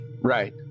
Right